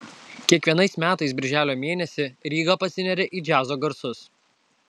kiekvienais metais birželio mėnesį ryga pasineria į džiazo garsus